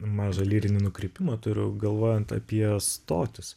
mažą lyrinį nukrypimą turiu galvojant apie stotis